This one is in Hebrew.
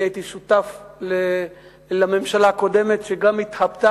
אני הייתי שותף לממשלה הקודמת שגם כן התחבטה,